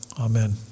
amen